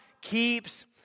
keeps